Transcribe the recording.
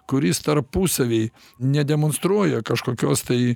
kuris tarpusavy nedemonstruoja kažkokios tai